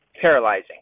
paralyzing